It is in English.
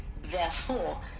therefore.